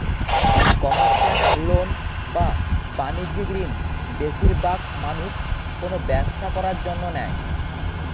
commercial loan বা বাণিজ্যিক ঋণ বেশিরবাগ মানুষ কোনো ব্যবসা করার জন্য নেয়